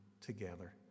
together